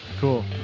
cool